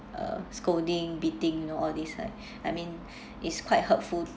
uh scolding beating all these right I mean it's quite hurtful